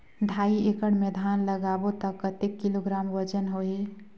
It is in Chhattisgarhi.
ढाई एकड़ मे धान लगाबो त कतेक किलोग्राम वजन होही?